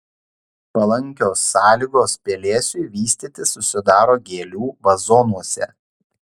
palankios sąlygos pelėsiui vystytis susidaro gėlių vazonuose